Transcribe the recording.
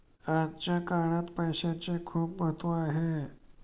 आजच्या काळात पैसाचे खूप महत्त्व आहे